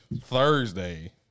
Thursday